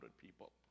people